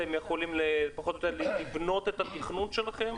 אתם יכולים פחות או יותר לבנות את התכנון שלכם?